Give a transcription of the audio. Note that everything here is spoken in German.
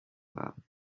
werden